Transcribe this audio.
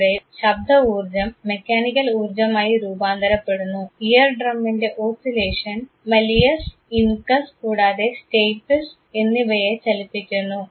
ഇവിടെ ശബ്ദ ഊർജ്ജം മെക്കാനിക്കൽ ഊർജ്ജമായി രൂപാന്തരപ്പെടുന്നു ഇയർ ഡ്രമിൻറെ ഓസിലേഷൻ മലിയസ് ഇൻകസ് കൂടാതെ സ്റ്റെയ്പീസ് എന്നിവയെ ചലിപ്പിക്കുന്നു